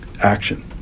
action